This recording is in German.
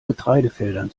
getreidefeldern